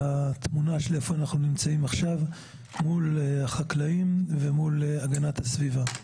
המצב שבו אנחנו עומדים מול החקלאים ומול המשרד להגנת הסביבה.